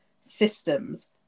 systems